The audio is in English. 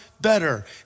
better